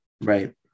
Right